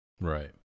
Right